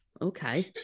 Okay